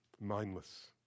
Mindless